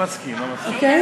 נעבור